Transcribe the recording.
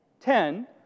ten